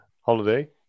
holiday